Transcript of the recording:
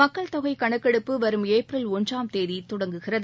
மக்கள் தொகை கணக்கெடுப்பு வரும் ஏப்ரல் ஒன்றாம் தேதி தொடங்குகிறது